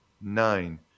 nine